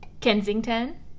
Kensington